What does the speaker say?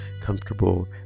comfortable